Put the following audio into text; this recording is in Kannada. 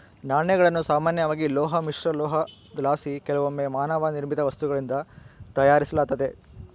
ನಾಣ್ಯಗಳನ್ನು ಸಾಮಾನ್ಯವಾಗಿ ಲೋಹ ಮಿಶ್ರಲೋಹುದ್ಲಾಸಿ ಕೆಲವೊಮ್ಮೆ ಮಾನವ ನಿರ್ಮಿತ ವಸ್ತುಗಳಿಂದ ತಯಾರಿಸಲಾತತೆ